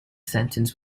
sentence